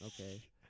Okay